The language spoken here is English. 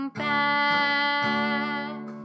back